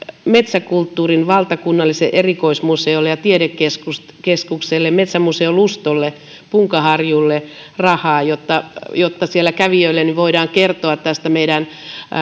metsäkulttuurin valtakunnalliselle erikoismuseolle ja tiedekeskukselle metsämuseo lustolle punkaharjulle rahaa jotta jotta siellä kävijöille voidaan kertoa tästä meidän